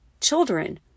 children